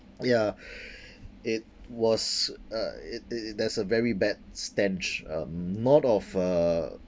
ya it was uh it it there's a very bad stench um not of uh